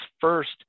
first